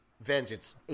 vengeance